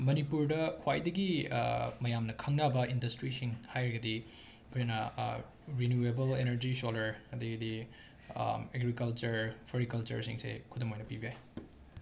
ꯃꯅꯤꯄꯨꯔꯗ ꯈ꯭ꯋꯥꯏꯗꯒꯤ ꯃꯌꯥꯝꯅ ꯈꯪꯅꯕ ꯏꯟꯗꯁꯇ꯭ꯔꯤꯁꯤꯡ ꯍꯥꯏꯔꯒꯗꯤ ꯑꯩꯈꯣꯏꯅ ꯔꯤꯅꯨꯋꯦꯕꯜ ꯑꯦꯅꯔꯖꯤ ꯁꯣꯂꯔ ꯑꯗꯒꯤꯗꯤ ꯑꯦꯒ꯭ꯔꯤꯀꯜꯆꯔ ꯐ꯭ꯂꯣꯔꯤꯀꯜꯆꯔꯁꯤꯡꯁꯦ ꯈꯨꯗꯝ ꯑꯣꯏꯅ ꯄꯤꯕ ꯌꯥꯏ